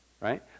right